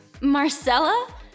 Marcella